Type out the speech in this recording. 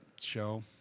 show